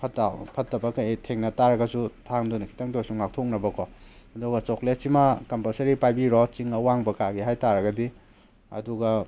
ꯐꯠꯇ ꯐꯠꯇꯕ ꯀꯩꯀꯩ ꯊꯦꯡꯅ ꯇꯥꯔꯒꯁꯨ ꯊꯥꯡꯗꯨꯅ ꯈꯤꯇꯪꯗ ꯑꯣꯏꯔꯁꯨ ꯉꯥꯛꯊꯣꯛꯅꯕ ꯀꯣ ꯑꯗꯨꯒ ꯆꯣꯀ꯭ꯂꯦꯠꯁꯤꯃ ꯀꯝꯄꯜꯁꯔꯤ ꯄꯥꯏꯕꯤꯔꯣ ꯆꯤꯡ ꯑꯋꯥꯡꯕ ꯀꯥꯒꯦ ꯍꯥꯏ ꯇꯥꯔꯒꯗꯤ ꯑꯗꯨꯒ